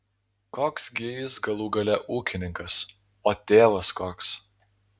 koks gi jis galų gale ūkininkas o tėvas koks